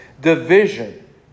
division